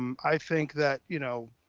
um i think that, you know.